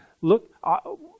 look